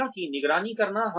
प्रशिक्षण की निगरानी करना